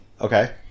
Okay